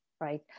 right